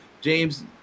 James